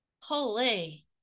holy